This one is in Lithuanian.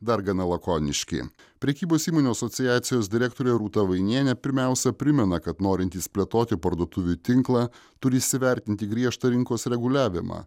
dar gana lakoniški prekybos įmonių asociacijos direktorė rūta vainienė pirmiausia primena kad norintys plėtoti parduotuvių tinklą turi įsivertinti griežtą rinkos reguliavimą